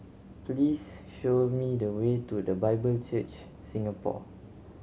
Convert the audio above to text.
please show me the way to The Bible Church Singapore